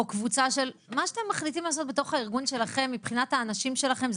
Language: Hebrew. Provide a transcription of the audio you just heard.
או קבוצה של מה שאתם מחליטים לעשות בארגון שלכם מבחינת האנשים שלכם,